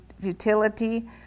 futility